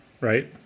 right